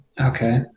Okay